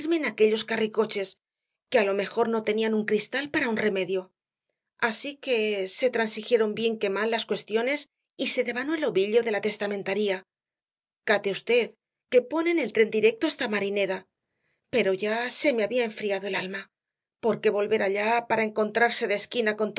aquellos carricoches que á lo mejor no tenían un cristal para un remedio así que se transigieron bien que mal las cuestiones y se devanó el ovillo de la testamentaría cate v que ponen el tren directo hasta marineda pero ya se me había enfriado el alma porque volver allá para encontrarse de esquina